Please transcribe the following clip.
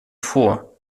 vor